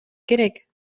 керек